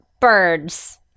birds